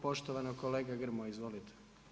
Poštovani kolega Grmoja, izvolite.